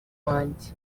wanjye